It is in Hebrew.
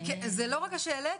זה לא רק השלט,